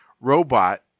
robot